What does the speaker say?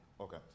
Okay